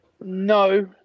no